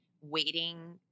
waiting